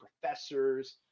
professors